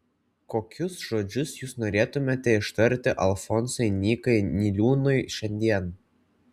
kokius žodžius jūs norėtumėte ištarti alfonsui nykai niliūnui šiandien